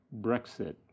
Brexit